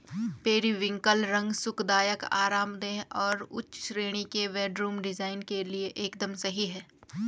periwinkle रंग सुखदायक, आरामदेह और उच्च श्रेणी के बेडरूम डिजाइन के लिए एकदम सही है